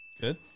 Good